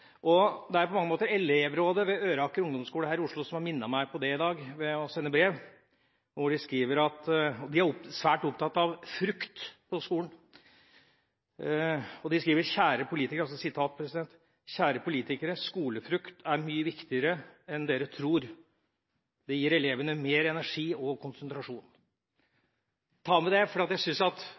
betyr veldig mye for mange mennesker – i smått og stort. Det er på mange måter elevrådet ved Øraker skole her i Oslo som har minnet meg på det i dag ved å sende brev, hvor de skriver at de er svært opptatt av frukt i skolen: «Kjære politikere. Skolefrukt er mye viktigere enn dere tror. Skolefrukt gir elevene mer energi, konsentrasjon.» Ta med det, fordi jeg syns at